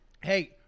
Hey